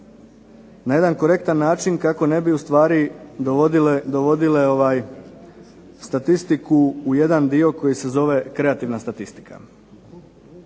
na jedan korektan način kako ne bi ustvari dovodile statistiku u jedan dio koji se zove kreativna statistika.